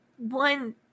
One